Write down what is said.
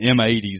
M80s